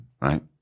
right